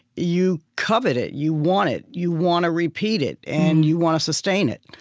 you covet it. you want it. you want to repeat it, and you want to sustain it.